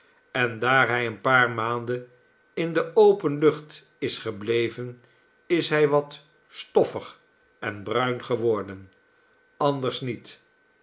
en daar hij een paar maanden in de open lucht is gebleven is hij wat stofflg en bruin geworden anders niet